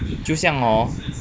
就像 hor